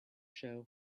show